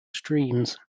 streams